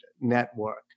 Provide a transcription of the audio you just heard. network